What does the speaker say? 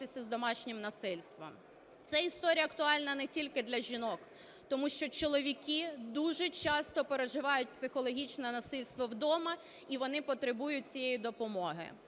Це історія актуальна не тільки для жінок, тому що чоловіки дуже часто переживають психологічне насильство вдома, і вони потребують цієї допомоги.